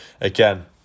again